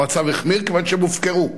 המצב החמיר, כיוון שהם הופקרו,